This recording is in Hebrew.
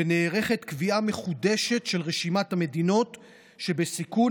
ונערכת קביעה מחודשת של רשימת המדינות שבסיכון.